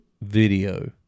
video